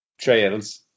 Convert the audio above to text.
trails